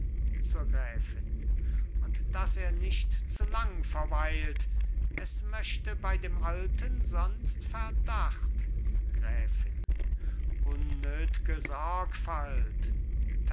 zur gräfin und daß er nicht zu lang verweilt es möchte bei dem alten sonst verdacht gräfin